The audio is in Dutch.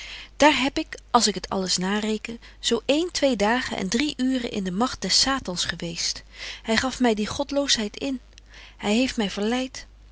daar heb ik als ik het alles nareeken zo een twee dagen en drie uuren in de magt des satans geweest hy gaf my die godloosheid in hy heeft my verleit